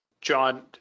John